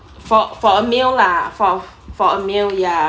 for for a meal lah fo~ for a meal ya